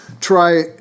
try